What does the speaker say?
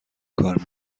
کار